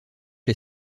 les